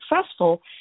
successful